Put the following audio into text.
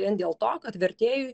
vien dėl to kad vertėjui